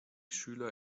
schüler